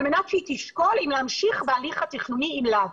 מנת שהיא תשקול אם להמשיך בהליך התכנוני אם לאו.